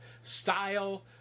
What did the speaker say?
style